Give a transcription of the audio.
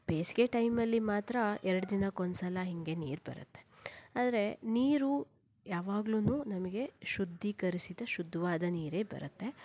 ಬೇಸಿಗೆ ಟೈಮಲ್ಲಿ ಮಾತ್ರ ಎರಡು ದಿನಕ್ಕೊಂದು ಸಲ ಹೀಗೆ ನೀರು ಬರುತ್ತೆ ಆದರೆ ನೀರು ಯಾವಾಗ್ಲೂ ನಮಗೆ ಶುದ್ದೀಕರಿಸಿದ ಶುದ್ದವಾದ ನೀರೇ ಬರುತ್ತೆ